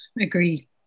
agree